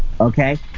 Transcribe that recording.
okay